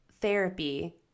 therapy